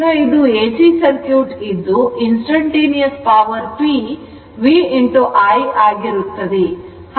ಈಗ ಇದು AC circuit ಇದ್ದು instantaneous power p v I ಆಗಿರುತ್ತದೆ